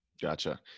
Gotcha